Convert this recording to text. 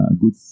Good